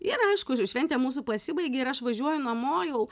ir aišku šventė mūsų pasibaigė ir aš važiuoju namo jau